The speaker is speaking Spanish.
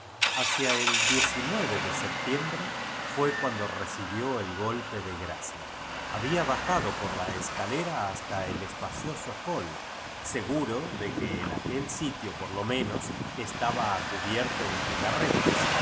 hacia el lf de setiembre fué cuando reci bid el golpe do grada había bajado por la escalera basta el espacioati kíl seguro de que en aquel sitio por lo menos estaba a cubierto de jugarlas